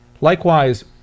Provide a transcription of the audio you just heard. Likewise